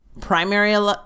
primary